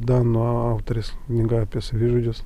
danų autorės knyga apie savižudžius